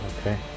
Okay